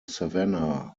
savannah